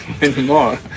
anymore